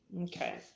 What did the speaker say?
Okay